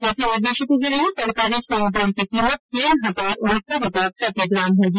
ऐसे निवेशकों के लिए सरकारी स्वर्ण बॉण्ड की कीमत तीन हजार उनहत्तर रुपए प्रति ग्राम होगी